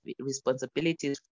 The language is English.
responsibilities